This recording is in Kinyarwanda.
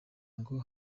ngo